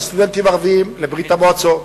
של סטודנטים ערבים לברית-המועצות,